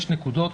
יש נקודות,